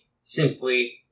simply